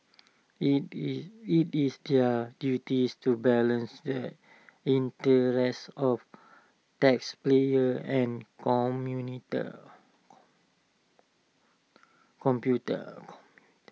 IT is IT is their duties to balance the interests of taxpayers and computer